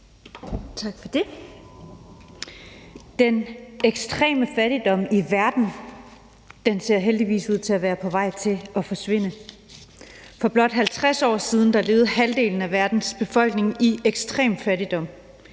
Daugaard (LA): Den ekstreme fattigdom i verden ser heldigvis ud til at være på vej til at forsvinde. For blot 50 år siden levede halvdelen af verdens befolkning i ekstrem fattigdom.